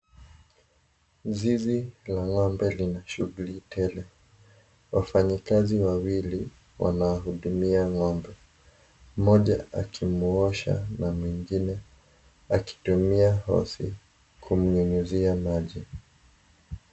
Zizi la ng'ombe lina shughuli tele. Wafanyikazi wawili wanahudumia ng'ombe. Mmoja akimuosha na mwingine akitumia hosi kumyunyizia maji.